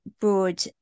broad